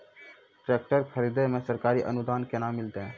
Tractor खरीदै मे सरकारी अनुदान केना मिलतै?